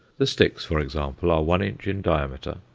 the sticks, for example, are one inch in diameter,